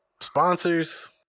Sponsors